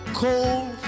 cold